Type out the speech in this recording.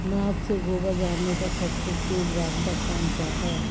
नाव से गोवा जाने का सबसे तेज रास्ता कौन सा है